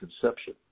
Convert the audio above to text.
conception